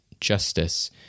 justice